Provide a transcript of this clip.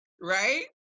right